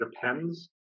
depends